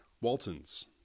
Waltons